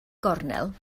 gornel